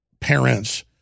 parents